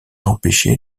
empêché